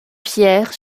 pierre